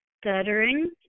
stuttering